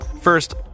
First